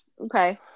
Okay